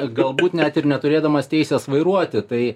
galbūt net ir neturėdamas teisės vairuoti tai